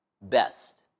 best